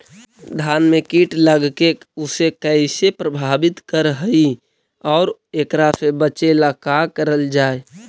धान में कीट लगके उसे कैसे प्रभावित कर हई और एकरा से बचेला का करल जाए?